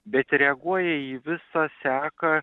bet reaguoja į visą seką